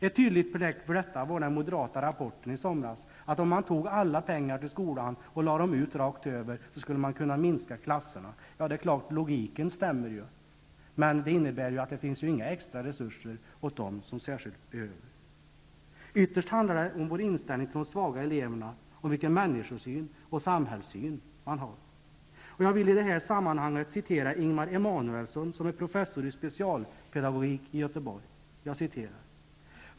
Ett tydligt belägg för detta var den moderata rapporten som presenterades i somras, där man sade, att om man tog alla pengar till skolan och lade ut dem rakt över, skulle man kunna minska klasserna. Logiken stämmer naturligtvis, men det innebär att det inte finns några extra resurser för dem som särskilt behöver. Ytterst handlar det om vår inställning till de svaga eleverna och om vilken människosyn och samhällssyn man har. Jag vill i det här sammanhanget citera Ingemar Emanuelsson, som är professor i specialpedagogik i Göteborg.